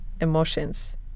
emotions